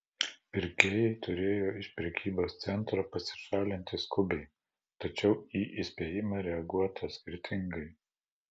pirkėjai turėjo iš prekybos centro pasišalinti skubiai tačiau į įspėjimą reaguota skirtingai